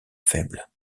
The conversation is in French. faibles